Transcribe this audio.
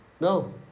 No